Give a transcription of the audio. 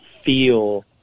feel